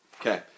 Okay